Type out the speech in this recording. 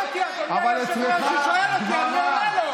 הוא שואל אותי, אדוני היושב-ראש.